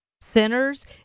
Sinners